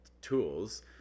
tools